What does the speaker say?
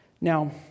now